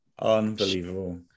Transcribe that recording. unbelievable